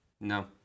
No